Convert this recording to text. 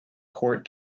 court